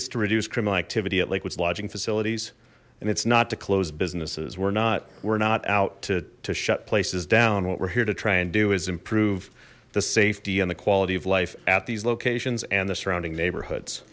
it's to reduce criminal activity at liquids lodging facilities and it's not to closed businesses we're not we're not out to shut places down what we're here to try and do is improve the safety and the quality of life at these locations and the surrounding neighborhoods